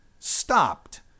Stopped